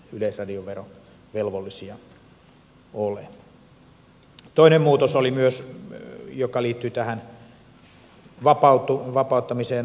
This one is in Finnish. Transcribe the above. oli myös toinen muutos joka liittyi tähän